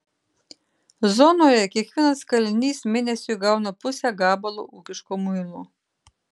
zonoje kiekvienas kalinys mėnesiui gauna pusę gabalo ūkiško muilo